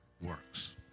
works